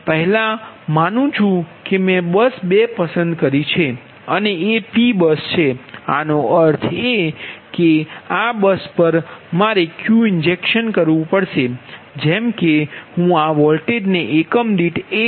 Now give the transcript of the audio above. પહેલા માનું છું કે મેં બસ 2 પસંદ કરી છે એ P બસ છે આનો અર્થ એ કે આ બસ પર મારે Q ઇન્જેક્શન કરવું પડશે જેમ કે હું આ વોલ્ટેજને એકમ દીઠ 1